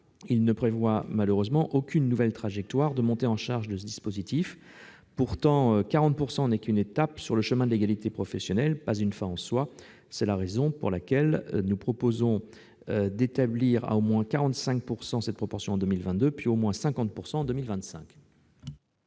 il ne prévoit pourtant aucune nouvelle trajectoire de montée en charge de ce dispositif. Pourtant, le taux de 40 % est seulement une étape sur le chemin de l'égalité professionnelle, et pas une fin en soi. C'est la raison pour laquelle nous proposons d'établir à au moins 45 % cette proportion en 2022, puis à au moins 50 % en 2025.